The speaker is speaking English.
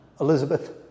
Elizabeth